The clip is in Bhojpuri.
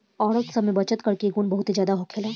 औरत सब में बचत करे के गुण बहुते ज्यादा होखेला